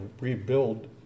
rebuild